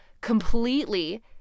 completely